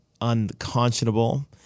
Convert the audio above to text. unconscionable